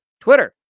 Twitter